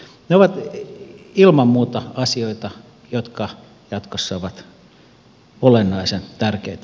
ne ovat ilman muuta asioita jotka jatkossa ovat olennaisen tärkeitä